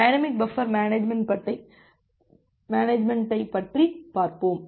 dynamic buffer மேனேஜ்மென்ட்டைப் பற்றி பார்ப்போம்